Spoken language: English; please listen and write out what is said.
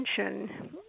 attention